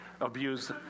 abuse